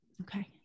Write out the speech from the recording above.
Okay